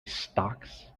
stocks